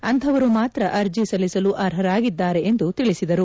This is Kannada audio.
ಅಂತಹವರು ಮಾತ್ರ ಅರ್ಜಿ ಸಲ್ಲಿಸಲು ಅರ್ಹರಾಗಿದ್ದಾರೆ ಎಂದು ತಿಳಿಸಿದರು